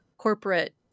corporate